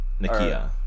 nikia